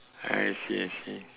I see I see